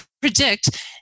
PREDICT